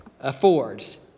affords